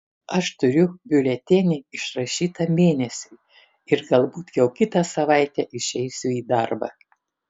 aš turiu biuletenį išrašytą mėnesiui ir galbūt jau kitą savaitę išeisiu į darbą